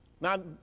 Now